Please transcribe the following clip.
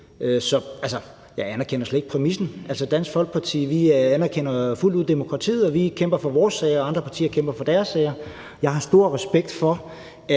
jeg anerkender slet ikke præmissen. Vi anerkender i Dansk Folkeparti fuldt ud demokratiet. Vi kæmper for vores sager, og andre partier kæmper for deres sager. Jeg har stor respekt for,